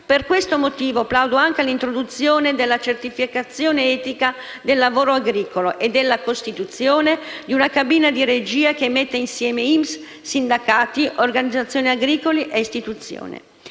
Per questo motivo, plaudo anche all'introduzione della certificazione etica del lavoro agricolo e alla costituzione di una cabina di regia che metta insieme INPS, sindacati, organizzazioni agricole e istituzioni.